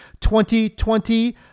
2020